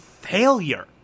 failure